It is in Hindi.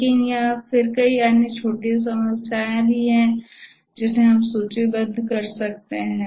लेकिन फिर यहां कई अन्य छोटी समस्याएं हैं जिन्हें हमने सूचीबद्ध नहीं किया है